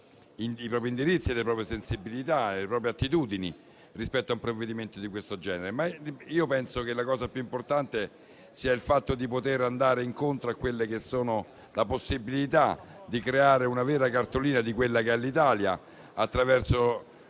i propri indirizzi e le proprie sensibilità e attitudini rispetto a un provvedimento di questo genere. Penso però che la cosa più importante sia il fatto di poter andare incontro alla possibilità di creare una vera cartolina di quella che è l'Italia attraverso